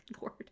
Lord